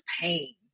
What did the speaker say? pain